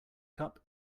cup